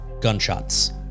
gunshots